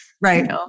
Right